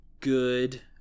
good